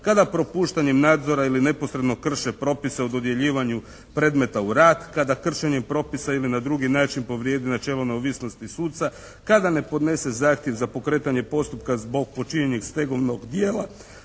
kada propuštanjem nadzora ili neposredno krše propise o dodjeljivanju predmeta u rad. Kada kršenjem propisa ili na drugi način povrijede načelo neovisnosti suca. Kada ne podnese zahtjev za pokretanje postupka zbog počinjenja stegovnog djela.